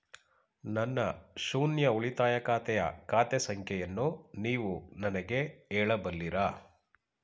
ನನ್ನ ಶೂನ್ಯ ಉಳಿತಾಯ ಖಾತೆಯ ಖಾತೆ ಸಂಖ್ಯೆಯನ್ನು ನೀವು ನನಗೆ ಹೇಳಬಲ್ಲಿರಾ?